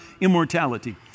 immortality